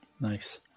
nice